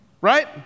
right